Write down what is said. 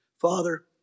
Father